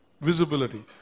Visibility